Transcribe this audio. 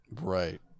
Right